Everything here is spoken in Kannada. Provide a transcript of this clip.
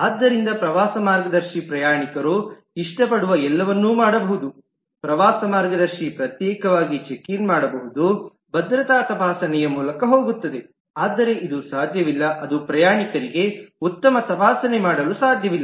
ಆದ್ದರಿಂದ ಪ್ರವಾಸ ಮಾರ್ಗದರ್ಶಿ ಪ್ರಯಾಣಿಕರು ಇಷ್ಟಪಡುವ ಎಲ್ಲವನ್ನು ಮಾಡಬಹುದು ಪ್ರವಾಸ ಮಾರ್ಗದರ್ಶಿ ಪ್ರತ್ಯೇಕವಾಗಿ ಚೆಕ್ ಇನ್ ಮಾಡಬಹುದು ಭದ್ರತಾ ತಪಾಸಣೆಯ ಮೂಲಕ ಹೋಗುತ್ತದೆ ಆದರೆ ಇದು ಸಾಧ್ಯವಿಲ್ಲ ಅದು ಪ್ರಯಾಣಿಕರಿಗೆ ಉತ್ತಮ ತಪಾಸಣೆ ಮಾಡಲು ಸಾಧ್ಯವಿಲ್ಲ